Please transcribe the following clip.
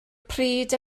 pryd